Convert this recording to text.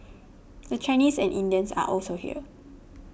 the Chinese and Indians are also here